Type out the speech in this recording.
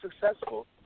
successful